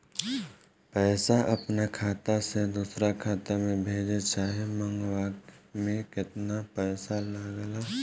पैसा अपना खाता से दोसरा खाता मे भेजे चाहे मंगवावे में केतना पैसा लागेला?